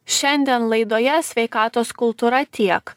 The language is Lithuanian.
šiandien laidoje sveikatos kultūra tiek